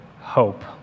hope